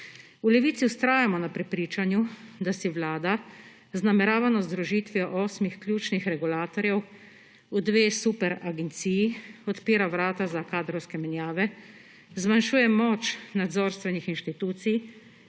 V Levici vztrajamo na prepričanju, da si Vlada z nameravano združitvijo osmih ključnih regulatorjev v dve superagenciji odpira vrata za kadrovske menjave, zmanjšuje moč nadzorstvenih institucij